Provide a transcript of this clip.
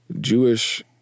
Jewish